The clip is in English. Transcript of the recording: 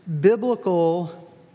biblical